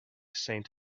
saint